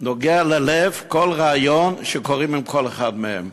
שנוגע ללב כל ריאיון שקוראים עם כל אחד מהם.